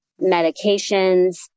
medications